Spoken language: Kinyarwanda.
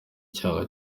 icyaha